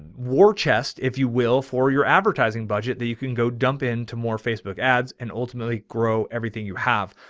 war chest. if you will, for your advertising budget, that you can go dump into more facebook ads and ultimately grow everything you have.